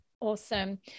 Awesome